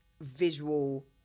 visual